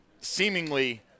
seemingly